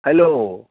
hello